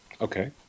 Okay